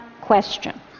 question